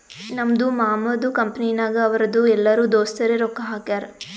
ನಮ್ದು ಮಾಮದು ಕಂಪನಿನಾಗ್ ಅವ್ರದು ಎಲ್ಲರೂ ದೋಸ್ತರೆ ರೊಕ್ಕಾ ಹಾಕ್ಯಾರ್